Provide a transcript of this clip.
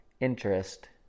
interest